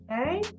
Okay